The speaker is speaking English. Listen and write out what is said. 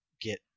get